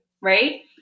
Right